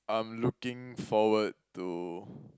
I'm looking forward to